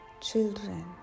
children